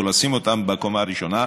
או לשים אותם בקומה הראשונה,